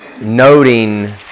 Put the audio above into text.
noting